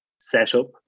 setup